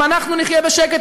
אם אנחנו נחיה בשקט,